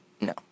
No